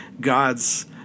God's